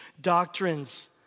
doctrines